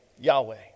Yahweh